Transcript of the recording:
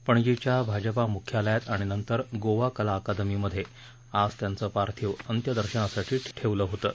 पणजीच्या भाजपा म्ख्यालयात आणि नंतर गोवा कला अकादमीमधे आज त्यांचं पार्थिव अंत्यदर्शनासाठी ठेवलं होतं